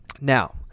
Now